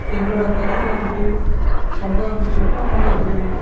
எங்களோடய பகுதி வந்துட்டு ரொம்ப வந்துட்டு வெப்பம் உள்ள பகுதி